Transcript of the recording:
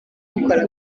dukora